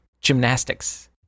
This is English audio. gymnastics